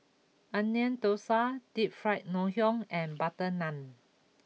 Onion Thosai Deep Fried Ngoh Hiang and Butter Naan